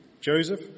Joseph